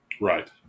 Right